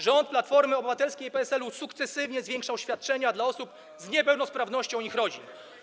Rząd Platformy Obywatelskiej i PSL-u sukcesywnie zwiększał świadczenia dla osób z niepełnosprawnością ich rodzin.